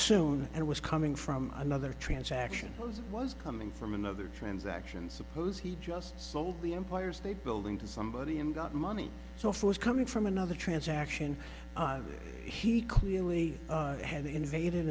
soon and was coming from another transaction was was coming from another transaction suppose he just sold the empire state building to somebody and got money so forthcoming from another transaction he clearly had invaded